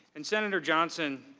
and senator johnson